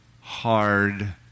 hard